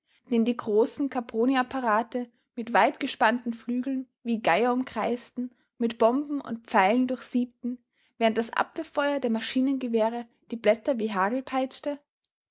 die großen caproniapparate mit weit gespannten flügeln wie geier umkreisten mit bomben und pfeilen durchsiebten während das abwehrfeuer der maschinengewehre die blätter wie hagel peitschte